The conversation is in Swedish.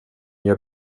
gör